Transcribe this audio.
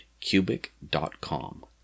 cubic.com